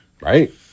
Right